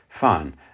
fine